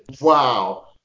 Wow